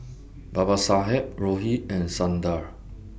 Babasaheb Rohit and Sundar